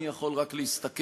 אני יכול רק להסתכל,